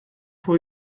for